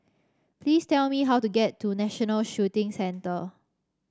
please tell me how to get to National Shooting Centre